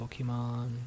Pokemon